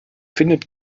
findet